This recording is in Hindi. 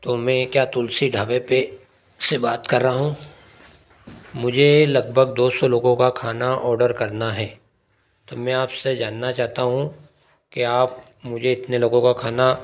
तो मैं क्या तुलसी ढाबे पे से बात कर रहा हूँ मुझे लगभग दो सौ लोगों का खाना ऑडर करना है तो मैं आपसे जानना चाहता हूँ कि आप मुझे इतने लोगों का खाना